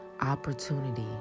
Opportunity